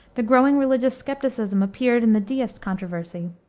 the growing religious skepticism appeared in the deist controversy.